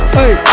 Hey